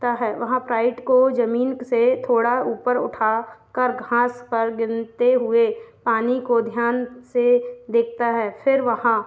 ता है वहाँ को जमीन से थोड़ा ऊपर उठा कर घास पर गिरते हुए पानी को ध्यान से देखता है फिर वहाँ